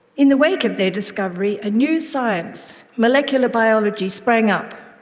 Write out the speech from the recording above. in the wake of their discovery, a new science molecular biology sprang up.